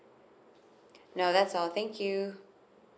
ya that's all thank you